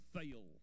fail